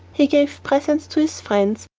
he gave presents to his friends,